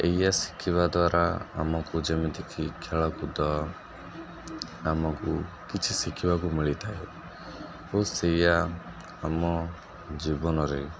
ଏଇଆ ଶିଖିବା ଦ୍ୱାରା ଆମକୁ ଯେମିତିକି ଖେଳକୁଦ ଆମକୁ କିଛି ଶିଖିବାକୁ ମିଳିଥାଏ ଓ ସେଇୟା ଆମ ଜୀବନରେ